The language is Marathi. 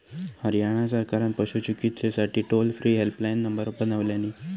हरयाणा सरकारान पशू चिकित्सेसाठी टोल फ्री हेल्पलाईन नंबर बनवल्यानी